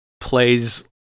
plays